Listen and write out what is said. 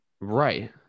Right